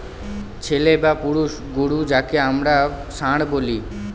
ছেলে বা পুরুষ গোরু যাকে আমরা ষাঁড় বলি